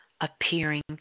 appearing